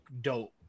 dope